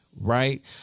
Right